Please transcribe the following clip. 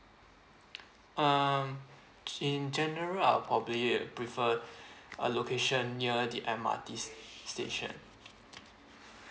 um in general I'll probably prefer a location near the M_R_T station